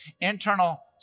internal